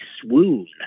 swoon